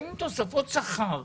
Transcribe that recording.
עם תוספות שכר.